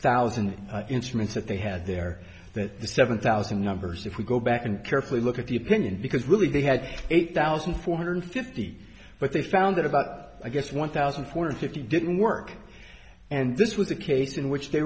thousand instruments that they had there that the seven thousand numbers if we go back and carefully look at the opinion because really they had eight thousand four hundred fifty but they found out about i guess one thousand two hundred fifty didn't work and this was a case in which they